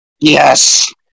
Yes